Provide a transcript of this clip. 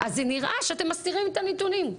אז זה נראה שאתם מסתירים את הנתונים.